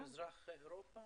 כן, מזרח אירופה.